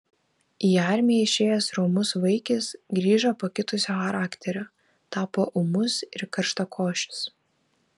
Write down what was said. į armiją išėjęs romus vaikis grįžo pakitusio charakterio tapo ūmus ir karštakošis